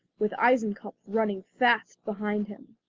with eisenkopf running fast behind him.